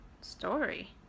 story